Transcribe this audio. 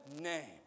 name